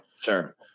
Sure